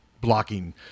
blocking